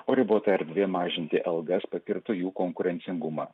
o ribota erdvė mažinti algas pakirto jų konkurencingumą